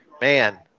man